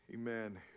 amen